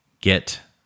get